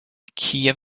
kiev